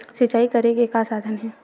सिंचाई करे के का साधन हे?